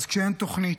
אז כשאין תוכנית,